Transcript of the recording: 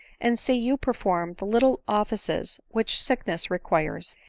and. see you perform the little offices which sickness requires.